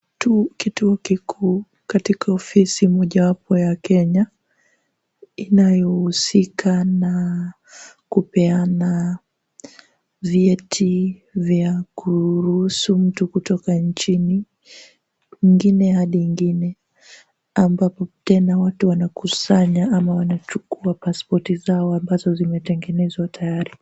Kituo kikuu katika ofisi mojawapo ya Kenya inayohusika na kupeana vyeti vya kuruhusu mtu kutoka nchini ingine hadi ingine ambapo tena watu wanakusanya ama wanachukua pasipoti zao ambazo zimetengenezwa tayari.